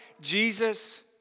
Jesus